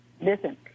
listen